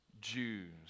Jews